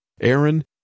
aaron